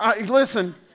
listen